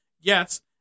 yes